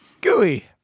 gooey